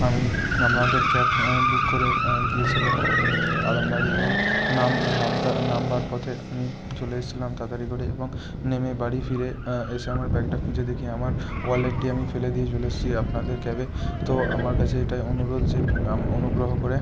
আমি আপনাদের cab book করে গিয়েছিলাম আরামবাগ এবং নামবার পথে আমি চলে এসেছিলাম তাড়াতাড়ি করে এবং নেমে বাড়ি ফিরে এসে আমার ব্যাগটা খুঁজে দেখি আমার ওয়ালেটটি আমি ফেলে দিয়ে চলে এসেছি আপনাদের ক্যাবে তো আমার কাছে এটাই অনুরোধ যে অনুগ্রহ করে